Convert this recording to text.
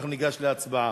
אנחנו ניגש להצבעה.